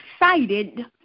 excited